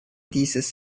dieses